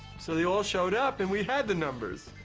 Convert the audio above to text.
so they all showed up, and we had the numbers.